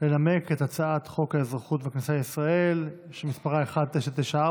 לנמק את הצעת חוק האזרחות והכניסה לישראל שמספרה 1994,